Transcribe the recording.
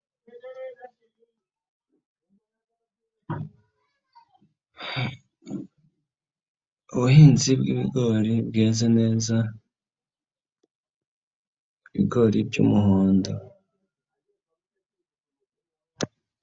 Ubuhinzi bw'ibigori bweze neza, ibigori by'umuhondo.